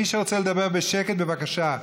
מי שרוצה לדבר בשקט, בבקשה.